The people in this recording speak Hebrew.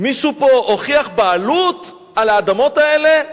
מישהו פה הוכיח בעלות על האדמות האלה?